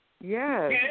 Yes